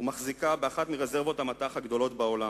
והיא מחזיקה באחת מרזרבות המט"ח הגדולות בעולם.